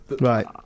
Right